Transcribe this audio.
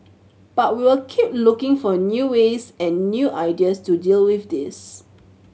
but we will keep looking for new ways and new ideas to deal with this